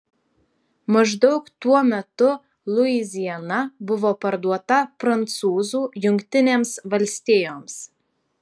maždaug tuo metu luiziana buvo parduota prancūzų jungtinėms valstijoms